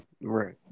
Right